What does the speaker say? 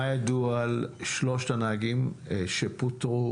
מה ידוע על שלושת הנהגים שפוטרו?